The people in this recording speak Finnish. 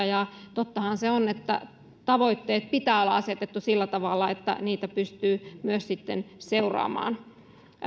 ja tottahan se on että tavoitteiden pitää olla asetettu sillä tavalla että niitä pystyy myös sitten seuraamaan